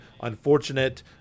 unfortunate